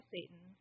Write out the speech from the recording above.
Satan